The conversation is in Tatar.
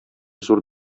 зур